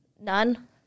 none